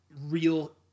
real